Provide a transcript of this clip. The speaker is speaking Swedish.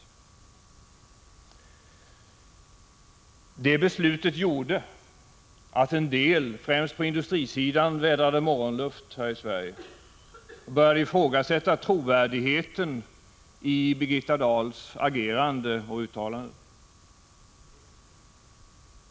Detta beslut ledde till att en del, främst på industrisidan, vädrade morgonluft här i Sverige och började ifrågasätta trovärdigheten i Birgitta Dahls agerande och uttalanden.